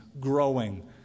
growing